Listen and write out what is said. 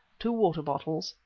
two water-bottles,